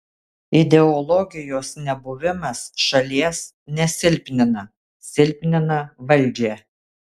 ideologijos nebuvimas šalies nesilpnina silpnina valdžią